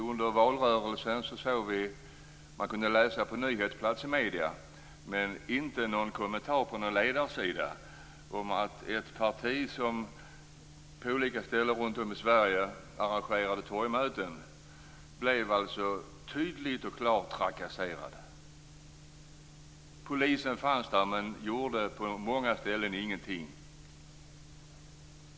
Under valrörelsen kunde man på nyhetsplats i medierna läsa - men det fanns ingen kommentar på ledarsidan - att ett parti som på olika ställen runtom i Sverige arrangerade torgmöten blev tydligt och klart trakasserat. Polisen fanns där men gjorde på många ställen ingenting.